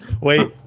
Wait